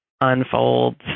unfolds